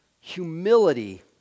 Humility